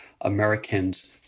Americans